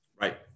Right